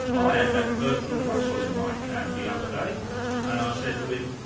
ah i had that bertram russell in my cab the other day and i said to him,